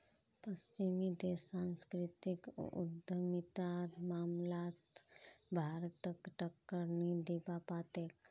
पश्चिमी देश सांस्कृतिक उद्यमितार मामलात भारतक टक्कर नी दीबा पा तेक